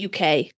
UK